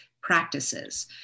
practices